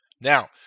Now